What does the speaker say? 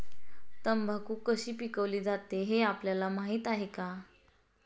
तंबाखू कशी पिकवली जाते हे आपल्याला माहीत आहे का?